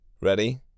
Ready